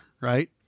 right